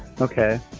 Okay